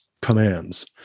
commands